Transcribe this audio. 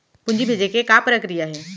पूंजी भेजे के का प्रक्रिया हे?